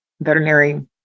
veterinary